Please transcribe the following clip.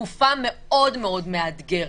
-- בתקופה מאוד מאוד מאתגרת,